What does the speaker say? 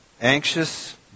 anxious